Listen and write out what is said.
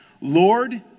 Lord